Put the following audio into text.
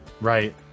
Right